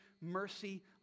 mercy